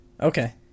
Okay